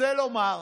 רוצה לומר: